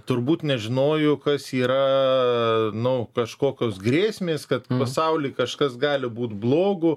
turbūt nežinojo kas yra nu kažkokios grėsmės kad pasauly kažkas gali būt blogo